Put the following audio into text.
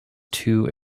too